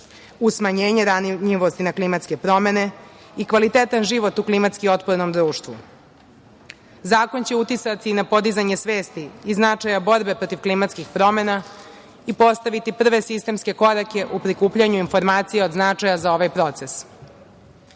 smanjenje ranjivosti na klimatske promene i kvalitetan život u klimatski otvorenom društvu. Zakon će uticati na podizanje svesti i značaja borbe protiv klimatskih promena i postaviti prve sistemske korake u prikupljanju informacija od značaja za ovaj proces. Ukratko